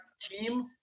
team